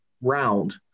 round